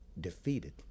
defeated